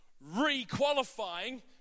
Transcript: re-qualifying